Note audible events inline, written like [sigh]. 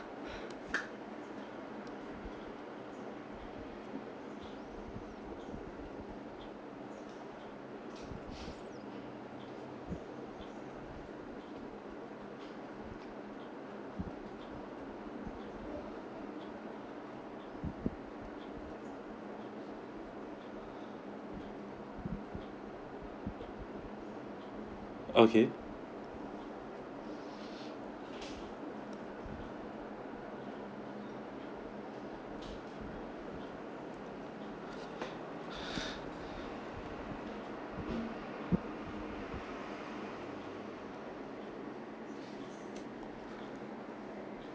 okay [breath]